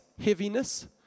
heaviness